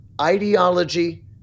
ideology